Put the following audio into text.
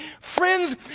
Friends